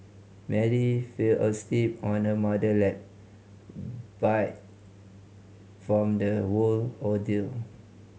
Mary fell asleep on her mother lap by from the whole ordeal